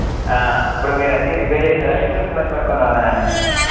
ఇప్పుడు మీరు అచ్చి రిపేర్ చేస్తారా లేకుంటే మేము వచ్చి పట్టుకుని రావాల్నా దాన్ని